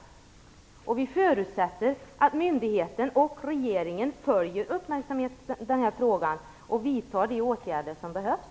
Vi förutsätter att myndigheten och regeringen följer frågan med uppmärksamhet och vidtar de åtgärder som behövs.